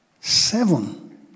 Seven